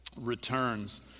returns